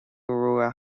raibh